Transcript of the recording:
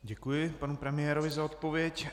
Děkuji panu premiérovi za odpověď.